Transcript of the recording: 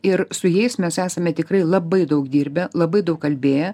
ir su jais mes esame tikrai labai daug dirbę labai daug kalbėję